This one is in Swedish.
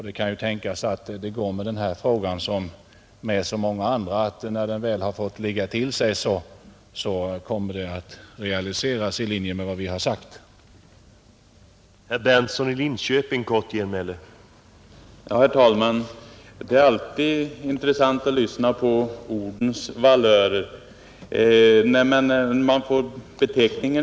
Det kan ju tänkas att det går med denna fråga som med så många andra som vi för fram att när den väl har fått ligga till sig, kommer resultatet att bli i linje med vad vi har föreslagit.